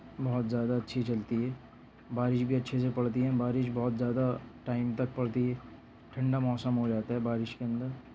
بہت زیادہ اچھی چلتی ہے بارش بھی اچھے سے پڑتی ہے بارش بہت زیادہ ٹائم تک پڑتی ہے ٹھنڈا موسم ہو جاتا ہے بارش کے اندر